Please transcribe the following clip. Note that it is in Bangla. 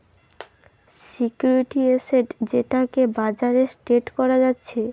সিকিউরিটি এসেট যেটাকে বাজারে ট্রেড করা যাচ্ছে